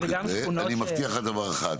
אני מבטיח לך דבר אחד,